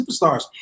superstars